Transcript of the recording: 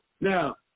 Now